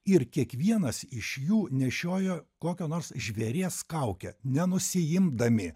ir kiekvienas iš jų nešiojo kokio nors žvėries kaukę nenusiimdami